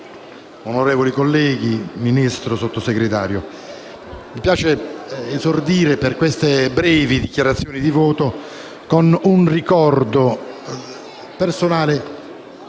onorevoli colleghi, signor Mini- stro, signor Sottosegretario, mi piace esordire, in queste brevi dichiarazioni di voto, con un ricordo personale